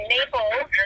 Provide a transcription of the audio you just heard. Naples